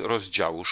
rozdział